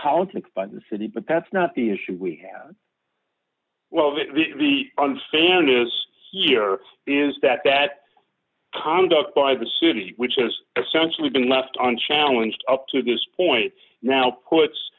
politics by the city but that's not the issue we had well we understand is here is that that conduct by the city which has essentially been left on challenge up to this point now puts